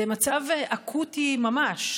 זה מצב אקוטי ממש.